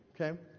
okay